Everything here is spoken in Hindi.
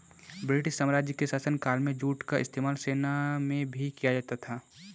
ब्रिटिश साम्राज्य के शासनकाल में जूट का इस्तेमाल सेना में भी किया जाता था